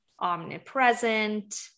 omnipresent